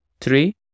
three